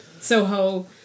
Soho